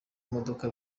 modoka